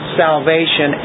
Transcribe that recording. salvation